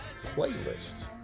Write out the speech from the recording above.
playlist